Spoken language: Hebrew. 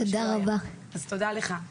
תודה לך.